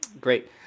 Great